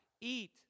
Eat